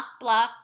blah